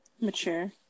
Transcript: mature